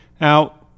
now